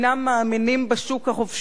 של ראש הממשלה ש"אינם מאמינים בשוק החופשי".